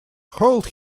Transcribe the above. hold